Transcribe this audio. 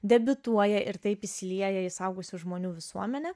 debiutuoja ir taip įsilieja į suaugusių žmonių visuomenę